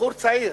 בחור צעיר,